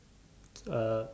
uh